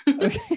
Okay